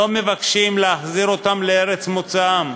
לא מבקשים להחזיר אותם לארץ מוצאם.